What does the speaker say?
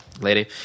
lady